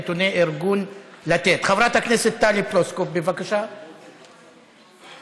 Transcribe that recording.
נתוני ארגון לתת חמורים הרבה יותר מהנתונים הקשים של הביטוח הלאומי,